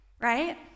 Right